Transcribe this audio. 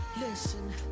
Listen